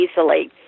easily